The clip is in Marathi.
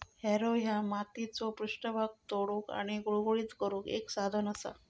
हॅरो ह्या मातीचो पृष्ठभाग तोडुक आणि गुळगुळीत करुक एक साधन असा